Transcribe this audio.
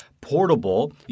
portable